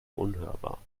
unhörbar